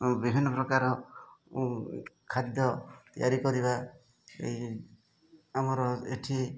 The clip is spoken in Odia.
ବିଭିନ୍ନ ପ୍ରକାର ଖାଦ୍ୟ ତିଆରି କରିବା ଏହି ଆମର ଏଠି